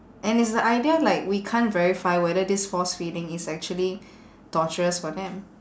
and it's the idea like we can't verify whether this force feeding is actually torturous for them